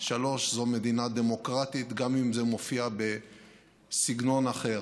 3. זו מדינה דמוקרטית, גם אם זה מופיע בסגנון אחר.